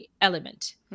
element